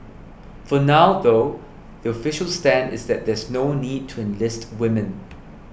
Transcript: for now though the official stand is that there's no need to enlist women